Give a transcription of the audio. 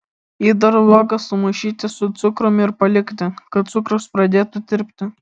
įdarui uogas sumaišyti su cukrumi ir palikti kad cukrus pradėtų tirpti